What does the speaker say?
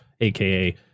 aka